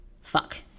fuck